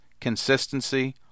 Consistency